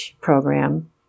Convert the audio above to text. program